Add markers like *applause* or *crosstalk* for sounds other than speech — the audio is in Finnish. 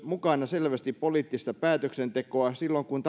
mukana selvästi myös poliittista päätöksentekoa esimerkiksi silloin kun *unintelligible*